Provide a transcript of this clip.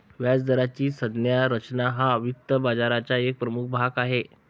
व्याजदराची संज्ञा रचना हा वित्त बाजाराचा एक प्रमुख भाग आहे